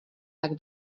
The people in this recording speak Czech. tak